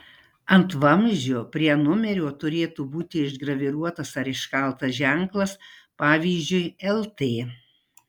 ant vamzdžio prie numerio turėtų būti išgraviruotas ar iškaltas ženklas pavyzdžiui lt